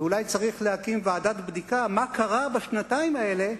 אולי צריך להקים ועדת בדיקה, מה קרה בשנתיים האלה,